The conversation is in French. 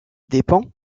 dépend